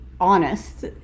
honest